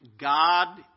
God